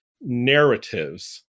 narratives